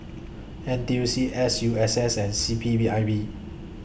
N T U C S U S S and C P B I B